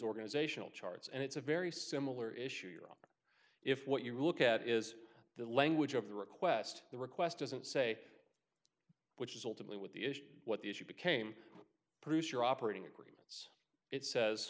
organizational charts and it's a very similar issue if what you look at is the language of the request the request doesn't say which is ultimately what the issue what the issue became proof your operating agreement it says